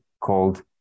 called